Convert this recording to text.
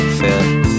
fit